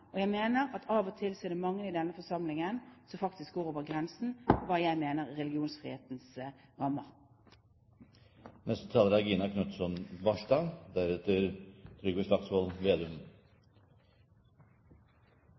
og jeg mener at av og til er det mange i denne forsamlingen som faktisk går over grensen for hva jeg mener er religionsfrihetens rammer. Norge er et land der staten er